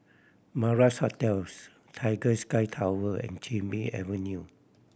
Madras Hotels Tiger Sky Tower and Chin Bee Avenue